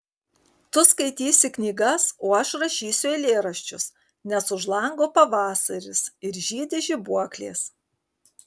tu skaitysi knygas o aš rašysiu eilėraščius nes už lango pavasaris ir žydi žibuoklės